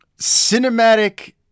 cinematic